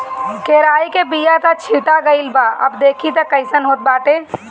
केराई के बिया त छीटा गइल बा अब देखि तअ कइसन होत बाटे